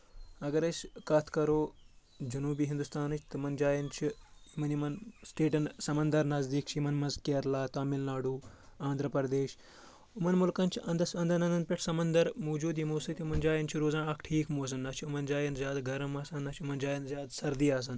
اگر أسۍ کَتھ کَرو جنوٗبی ہِندوستانٕچ تِمَن جایَن چھِ یِمَن یِمَن سٹیٹَن سَمنٛدار نزدیٖک چھِ یِمَن منٛز کیرلا تامِل ناڈوٗ آندرا پردیش أمَن مُلکَن چھِ اَندَس اندن اَندن پؠٹھ سَمنٛدَر موٗجوٗد یِمو ستۭۍ یِمَن جایَن چھِ روزان اَکھ ٹھیٖک موسَم نہ چھِ یِمَن جایَن زیادٕ گرم آسان نہ چھِ یِمَن جایَن زیادٕ سردی آسان